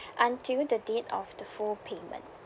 until the date of the full payment